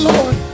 Lord